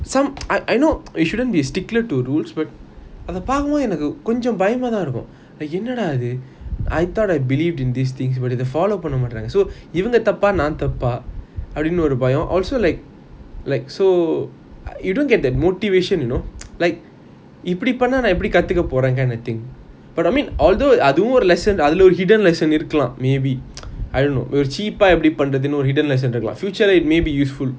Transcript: some I I know you shouldn't be stickler to rules but அது பாக்கும் போது பயமா தான் இருக்கும் என்னடா இது:athu paakum bothu bayama thaan irukum ennada ithu I thought I believed in these things but follow பண்ண மாற்றங்க:panna matranga so இவங்க தப்ப நான் தப்ப அப்பிடின்னு ஒரு பயம்:ivanga thappa naan thappa apidinu oru bayam also like like so you don't get that motivation you know like இப்பிடி பண்ண நான் எப்பிடி கத்துக்க போறான்:ipidi panna naan epidi kathuka poran kind of thing but I mean although அதுவோம் ஒரு:athuvom oru lesson அதுல ஒரு:athula oru hidden lesson இருக்கலாம்:irukalam maybe I don't know cheap eh எப்பிடி பண்றதுனு ஒரு:epidi panrathunu oru lesson இருக்கலாம்:irukalam future it may be useful